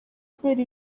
kubera